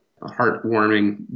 heartwarming